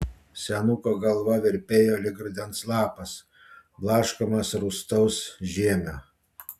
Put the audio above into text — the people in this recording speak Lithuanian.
senuko galva virpėjo lyg rudens lapas blaškomas rūstaus žiemio